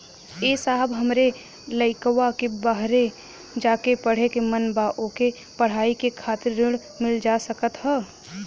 ए साहब हमरे लईकवा के बहरे जाके पढ़े क मन बा ओके पढ़ाई करे खातिर ऋण मिल जा सकत ह?